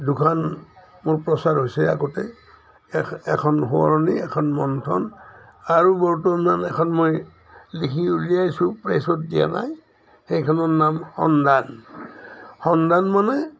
দুখন মোৰ প্ৰচাৰ হৈছে আগতে এখন সোঁৱৰণি এখন মন্থন আৰু বৰ্তমান এখন মই লিখি উলিয়াইছোঁ প্ৰেছত দিয়া নাই সেইখনৰ নাম সন্ধান সন্ধান মানে